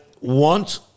want